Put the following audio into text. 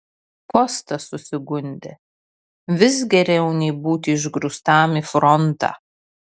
kostas susigundė vis geriau nei būti išgrūstam į frontą